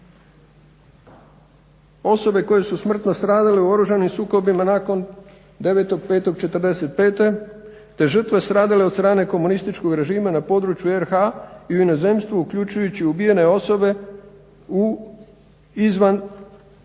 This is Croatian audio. Osobe koje su smrtno stradale u oružanim sukobima nakon 9.5.'45., te žrtve stradale od strane komunističkog režima na području RH i u inozemstvu uključujući ubijene osobe u izvan sudskim